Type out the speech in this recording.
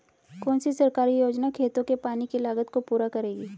कौन सी सरकारी योजना खेतों के पानी की लागत को पूरा करेगी?